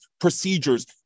procedures